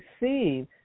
receive